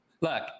Look